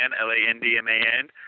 L-A-N-D-M-A-N